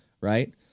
right